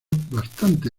bastante